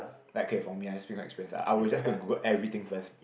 like okay for me experiences I would just go and Google everything first